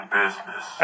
business